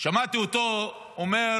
שמעתי אותו אומר,